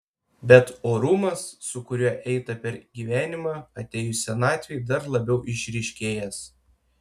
bet orumas su kuriuo eita per gyvenimą atėjus senatvei dar labiau išryškėjęs